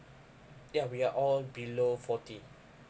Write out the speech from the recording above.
ya we are all below forty